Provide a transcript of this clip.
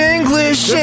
English